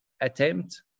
attempt